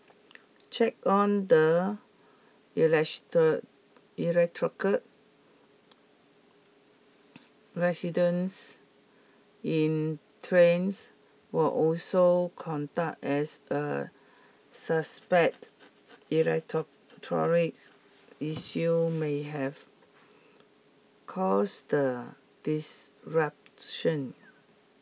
check on the electrical residence in trains were also conduct as a suspected issue may have caused the disruption